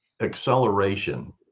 acceleration